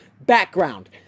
Background